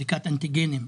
בדיקת אנטיגנים.